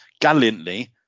gallantly